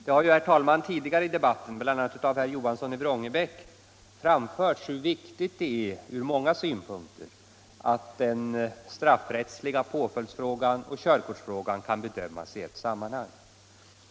Det har, herr talman, tidigare i debatten, bl.a. av herr Johansson i Vrångebäck, framförts hur viktigt det från många synpunkter är att den straffrättsliga påföljdsfrågan och körkortsfrågan kan bedömas i ett sammanhang.